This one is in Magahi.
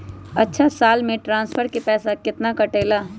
अछा साल मे ट्रांसफर के पैसा केतना कटेला?